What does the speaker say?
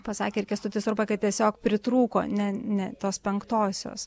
pasakė ir kęstutis urba kad tiesiog pritrūko ne ne tos penktosios